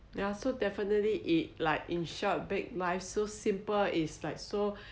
ya so definitely it's like in short makes life so simple is like so